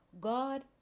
god